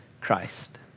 Christ